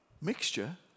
mixture